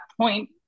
point